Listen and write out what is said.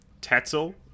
Tetzel